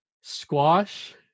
squash